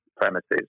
premises